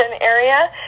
area